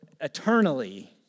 eternally